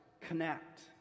connect